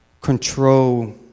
control